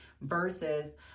versus